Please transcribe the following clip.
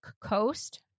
coast